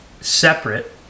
separate